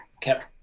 kept